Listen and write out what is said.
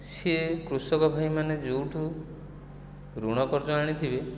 ସିଏ କୃଷକ ଭାଇମାନେ ଯେଉଁଠୁ ଋଣ କରଜ ଆଣିଥିବେ